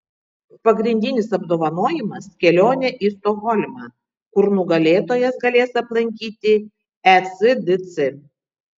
pagrindinis apdovanojimas kelionė į stokholmą kur nugalėtojas galės aplankyti ecdc